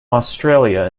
australia